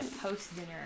post-dinner